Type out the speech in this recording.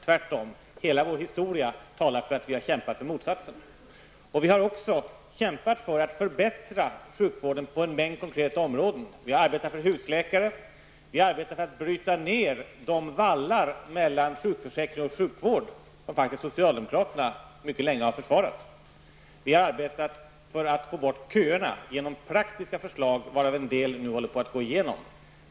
Tvärtom talar hela vår historia för att vi har kämpat för motsatsen. Vi har också kämpat för att förbättra sjukvården på en mängd konkreta områden. Vi har arbetat för husläkare, för att bryta ner de vallar mellan sjukförsäkring och sjukvård som socialdemokraterna mycket länge har försvarat och för att få bort köerna genom praktiska förslag, som nu till en del håller på att gå igenom.